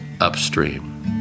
upstream